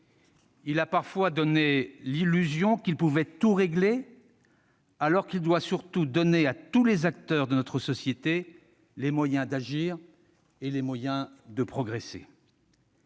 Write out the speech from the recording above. Il a parfois donné l'illusion qu'il pouvait tout régler, alors qu'il doit surtout donner à tous les acteurs de notre société les moyens d'agir et de progresser.